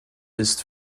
ist